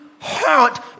heart